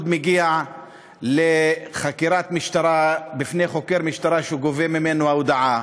מגיע לחקירת משטרה בפני חוקר משטרה שגובה ממנו הודאה,